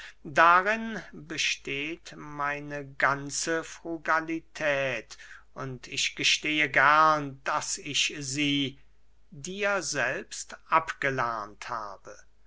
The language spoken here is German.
darin besteht meine ganze frugalität und ich gestehe gern daß ich sie dir selbst abgelernt habe